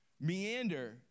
Meander